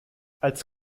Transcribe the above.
als